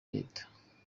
leta